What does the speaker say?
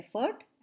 effort